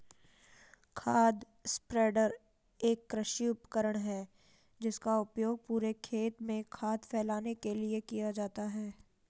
खाद स्प्रेडर एक कृषि उपकरण है जिसका उपयोग पूरे खेत में खाद फैलाने के लिए किया जाता है